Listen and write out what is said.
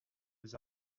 his